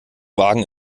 wagen